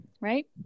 right